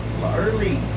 early